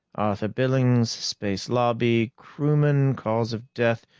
arthur billings. space lobby. crewman. cause of death,